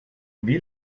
wie